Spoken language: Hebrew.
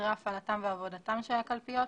סדרי הפעלתן ועבודתן של הקלפיות,